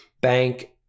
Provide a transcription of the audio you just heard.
Bank